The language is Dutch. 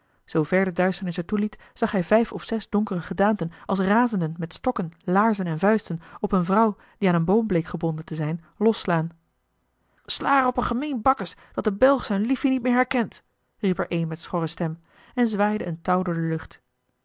zoo ver de duisternis het toeliet zag hij vijf of zes donkere gedaanten als razenden met stokken laarzen en vuisten op eene vrouw die aan een boom bleek gebonden te zijn losslaan sla haar op haar gemeen bakkes dat de belg zijn liefie niet meer herkent riep er een met schorre stem en zwaaide een touw door de lucht